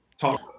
talk